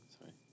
Sorry